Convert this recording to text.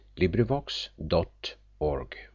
LibriVox.org